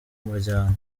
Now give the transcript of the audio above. umuryango